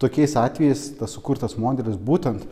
tokiais atvejais tas sukurtas modelis būtent